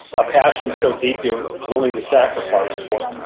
a passion so deep you're willing to sacrifice for it.